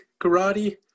karate